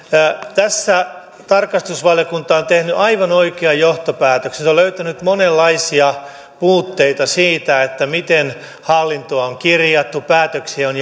tässä tarkastusvaliokunta on tehnyt aivan oikean johtopäätöksen se on löytänyt monenlaisia puutteita siitä miten hallintoa on kirjattu päätöksiä on